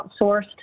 outsourced